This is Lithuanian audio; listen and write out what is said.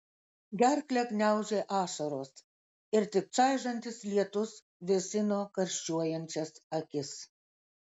gerklę gniaužė ašaros ir tik čaižantis lietus vėsino karščiuojančias akis